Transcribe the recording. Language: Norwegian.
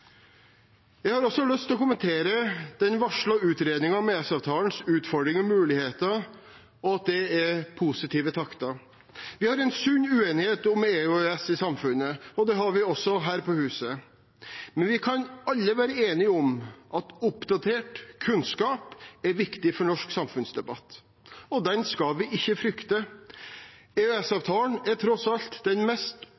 Jeg har også lyst til å kommentere den varslede utredningen om EØS-avtalens utfordringer og muligheter – og det er positive takter. Vi har en sunn uenighet om EU og EØS i samfunnet, og det har vi også her på huset. Men vi kan alle være enige om at oppdatert kunnskap er viktig for norsk samfunnsdebatt, og den skal vi ikke frykte.